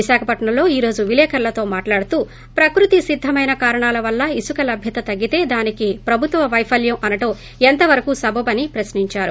విశాఖపట్నంలో ఈ రోజు విలేకరులతో మాట్లాడుతూ ప్రకృతి సిద్ధమైన కారణాల వల్ల ఇసుకోలభ్యత తగ్గితే దానికి ప్రభుత్వ వైఫల్యం అనటం ఎంత వరకూ సబబు అని ప్రశ్నించారు